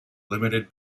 limited